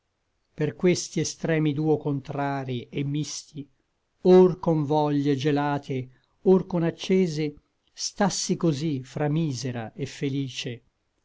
per questi extremi duo contrari et misti or con voglie gelate or con accese stassi cosí fra misera et felice